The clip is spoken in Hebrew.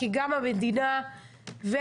כי חברי הכנסת מרגישים שהמדינה והשרים